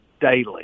daily